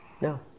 No